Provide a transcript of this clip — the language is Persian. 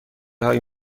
های